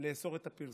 לאסור את הפרסום.